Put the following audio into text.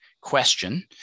question